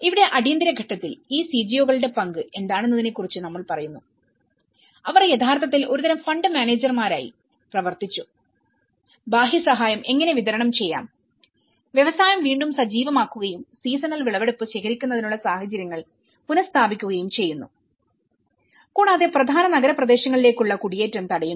ഇവിടെ അടിയന്തര ഘട്ടത്തിൽ ഈ CGO കളുടെ പങ്ക് എന്താണെന്നതിനെക്കുറിച്ച് നമ്മൾ പറയുന്നു അവർ യഥാർത്ഥത്തിൽ ഒരുതരം ഫണ്ട് മാനേജർമാരായി പ്രവർത്തിച്ചു ബാഹ്യ സഹായം എങ്ങനെ വിതരണം ചെയ്യാം വ്യവസായം വീണ്ടും സജീവമാക്കുകയും സീസണൽ വിളവെടുപ്പ് ശേഖരിക്കുന്നതിനുള്ള സാഹചര്യങ്ങൾ പുനഃസ്ഥാപിക്കുകയും ചെയ്യുന്നു കൂടാതെ പ്രധാന നഗരപ്രദേശങ്ങളിലേക്കുള്ള കുടിയേറ്റം തടയുന്നു